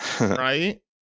Right